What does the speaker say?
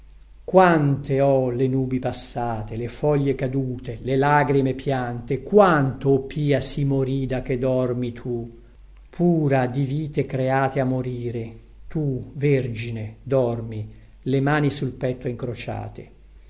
quante oh le nubi passate le foglie cadute le lagrime piante quanto o pia si morì da che dormi tu pura di vite create a morire tu vergine dormi le mani sul petto incrociate